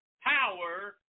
power